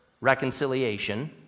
Reconciliation